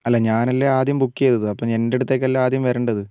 അല്ല ഞാനല്ലേ ആദ്യം ബുക്ക് ചെയ്തത് അപ്പം എൻ്റെടുത്തേക്കല്ലേ ആദ്യം വരണ്ടത്